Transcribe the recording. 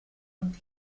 und